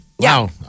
Wow